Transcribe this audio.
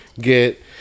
Get